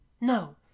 No